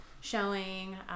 showing